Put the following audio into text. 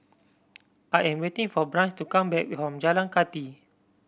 I am waiting for Branch to come back from Jalan Kathi